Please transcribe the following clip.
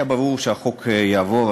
היה ברור שהחוק יעבור,